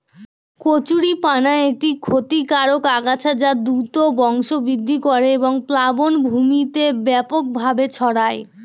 কচুরিপানা একটি ক্ষতিকারক আগাছা যা দ্রুত বংশবৃদ্ধি করে এবং প্লাবনভূমিতে ব্যাপকভাবে ছড়ায়